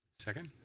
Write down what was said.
second?